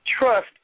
trust